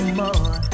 more